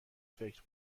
فکر